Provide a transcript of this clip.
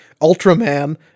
Ultraman